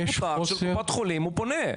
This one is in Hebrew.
הוא מבוטח של קופת חולים והוא פונה.